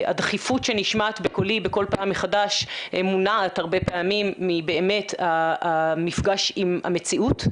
שהדחיפות שנשמעת בקולי כל פעם מחדש מונעת הרבה פעמים מהמפגש עם המציאות,